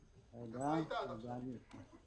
שלום לכולם.